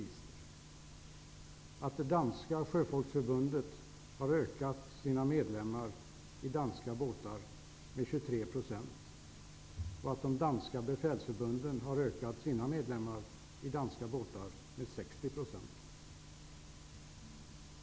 Andelen medlemmar i det danska sjöfolksförbundet har ökat i danska båtar med 23 procent, och de danska befälsförbundens medlemmar har ökat i danska båtar med 60 procent.